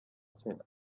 said